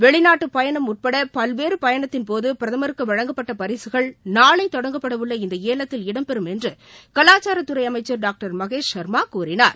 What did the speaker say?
வெளிநாட்டு பயணம் உட்பட பல்வேறு பயணத்தின்போது பிரதமருக்கு வழங்கப்பட்ட பரிசுகள் நாளை தொடங்கவுள்ள இந்த ஏலத்தில் இடம்பெறும் என்று கலாச்சாரத்துறை அமைச்சர் டாக்டர் மகேஷ் சர்மா கூறினார்